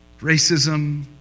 racism